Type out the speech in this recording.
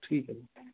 ਠੀਕ ਹੈ ਜੀ